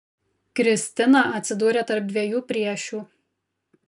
kristina atsidūrė tarp dviejų priešių